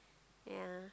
yeah